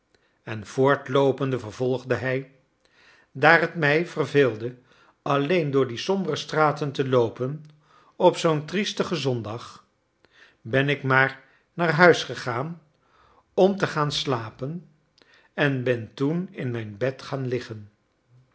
en voortloopende vervolgde hij daar het mij verveelde alleen door die sombere straten te loopen op zoo'n triestigen zondag ben ik maar naar huis gegaan om te gaan slapen en ben toen in mijn bed gaan liggen